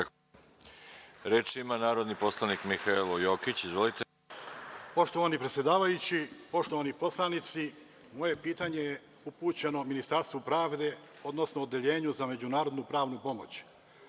ima narodni poslanik Mihailo Jokić. Izvolite. **Mihailo Jokić** Poštovani predsedavajući, poštovani poslanici, moje pitanje je upućeno Ministarstvu pravde, odnosno Odeljenju za međunarodnu pravnu pomoć,